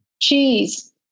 cheese